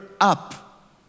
up